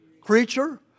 creature